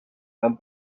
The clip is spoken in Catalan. han